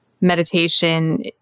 meditation